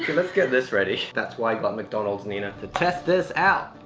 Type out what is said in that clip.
let's get this ready that's why i got mcdonald's, nina to test this out!